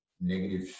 negative